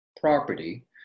property